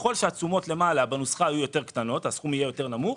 ככל שהתשומות למעלה בנוסחה יהיו קטנות יותר הסכום יהיה נמוך יותר,